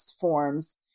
forms